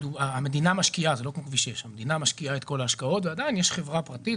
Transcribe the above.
המדינה משקיעה את כל ההשקעות ועדיין יש חברה פרטית,